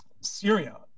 Syria